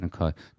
Okay